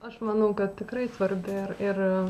aš manau kad tikrai svarbi ir ir